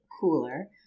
cooler